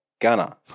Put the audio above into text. Gunner